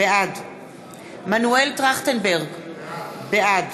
בעד מנואל טרכטנברג, בעד